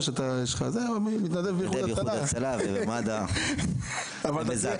מתנדב באיחוד הצלה, במד"א ובזק"א.